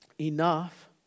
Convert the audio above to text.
enough